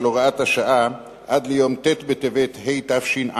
הוראת השעה עד ליום ט' בטבת התשע"א,